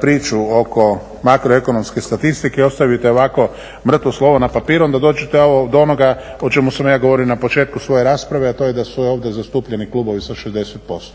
priču oko makroekonomske statistike i ostavite ovako mrtvo slovo na papiru onda dođete do onoga o čemu sam ja govorio na početku svoje rasprave, a to je da …/Govornik se ne razumije./… klubovi sa 60%.